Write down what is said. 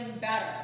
better